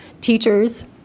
Teachers